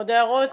עוד הערות?